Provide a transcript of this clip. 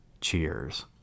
Cheers